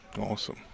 Awesome